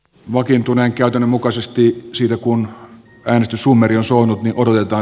vakiintuneen käytännön mukaisesti yksilö kun päätössummeria suon uralilta